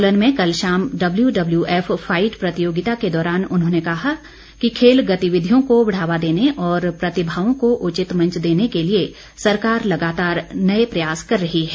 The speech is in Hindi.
सोलन में कल शाम डब्ल्यूडब्ल्यूएफ फाईट प्रतियोगिता के दौरान उन्होंने कहा कि खेल गतिविधियों को बढ़ावा देने और प्रतिभाओं को उचित मंच देने के लिए सरकार लगातार नवीन प्रयास कर रही है